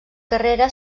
carrera